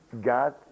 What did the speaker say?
God